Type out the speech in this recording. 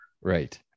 right